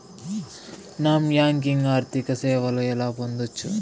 Non banking ఆర్థిక సేవలు ఎలా పొందొచ్చు?